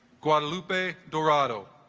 guadalupe dorado